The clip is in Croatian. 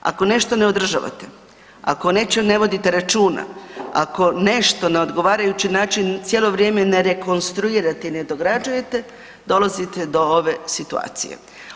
Ako nešto ne održavate, ako o nečemu ne vodite računa, ako nešto na odgovarajući način cijelo vrijeme ne rekonstruirate i ne dograđujete dolazite do ove situacije.